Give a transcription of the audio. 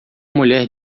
mulher